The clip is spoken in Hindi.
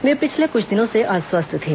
वे पिछले कुछ दिनों से अस्वस्थ थे